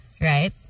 Right